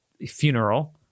funeral